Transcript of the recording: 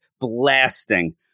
blasting